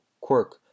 quirk